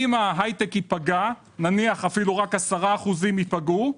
אם ההייטק ייפגע, נניח אפילו רק 10% ייפגעו,